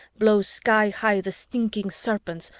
blow sky-high the stinking serpents,